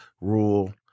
rule